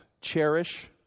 cherish